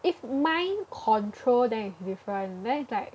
if mind control then it's different then it's like